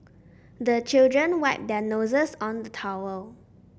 the children wipe their noses on the towel